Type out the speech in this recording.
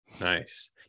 Nice